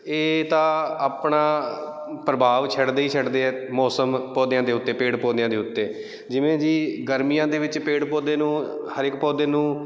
ਇਹ ਤਾਂ ਆਪਣਾ ਪ੍ਰਭਾਵ ਛੱਡਦੇ ਹੀ ਛੱਡਦੇ ਆ ਮੌਸਮ ਪੌਦਿਆਂ ਦੇ ਉੱਤੇ ਪੇੜ ਪੌਦਿਆਂ ਦੇ ਉੱਤੇ ਜਿਵੇਂ ਜੀ ਗਰਮੀਆਂ ਦੇ ਵਿੱਚ ਪੇੜ ਪੌਦੇ ਨੂੰ ਹਰ ਇੱਕ ਪੌਦੇ ਨੂੰ